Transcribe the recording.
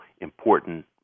important